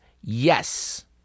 yes